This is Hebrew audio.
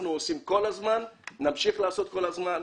אנחנו עושים כל הזמן, נמשיך לעשות כל הזמן.